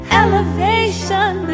elevation